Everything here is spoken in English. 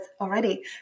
already